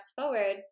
forward